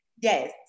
Yes